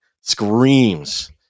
screams